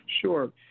Sure